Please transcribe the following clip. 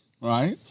right